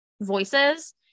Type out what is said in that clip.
voices